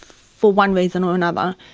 for one reason or another,